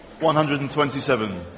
127